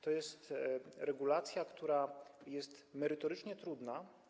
To jest regulacja, która jest merytorycznie trudna.